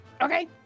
Okay